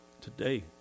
today